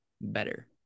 better